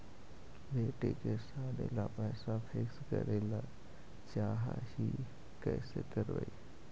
बेटि के सादी ल पैसा फिक्स करे ल चाह ही कैसे करबइ?